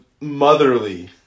motherly